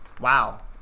Wow